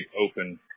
open –